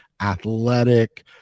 athletic